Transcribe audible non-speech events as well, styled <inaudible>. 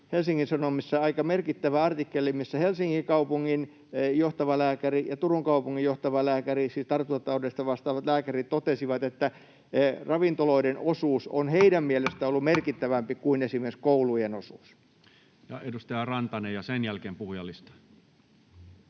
Helsingin Sanomissa aika merkittävä artikkeli, missä Helsingin kaupungin johtava lääkäri ja Turun kaupungin johtava lääkäri, siis tartuntataudeista vastaavat lääkärit, totesivat, että ravintoloiden osuus on heidän mielestään <noise> ollut merkittävämpi kuin esimerkiksi koulujen osuus. Ja edustaja Rantanen, ja sen jälkeen puhujalistaan.